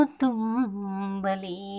tumbali